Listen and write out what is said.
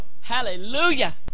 Hallelujah